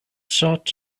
sought